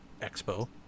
expo